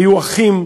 היו אחים,